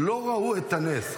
לא ראו את הנס.